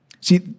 See